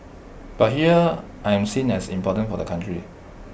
but here I am seen as important for the country